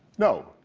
no,